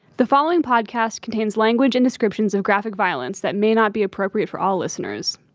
the following podcast contains language and descriptions of graphic violence that may not be appropriate for all listeners.